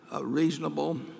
reasonable